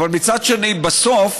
אבל מצד שני, בסוף